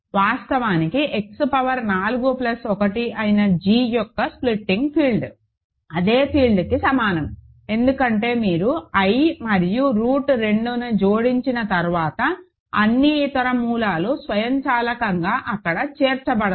వాస్తవానికి X power 4 plus 1 అయిన g యొక్క స్ప్లిటింగ్ ఫీల్డ్ అదే ఫీల్డ్కి సమానం ఎందుకంటే మీరు i మరియు రూట్ 2ని జోడించిన తర్వాత అన్ని ఇతర మూలాలు స్వయంచాలకంగా అక్కడ చేర్చబడతాయి